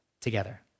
together